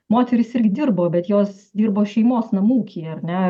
moterys irgi dirbo bet jos dirbo šeimos namų ūkyje ar ne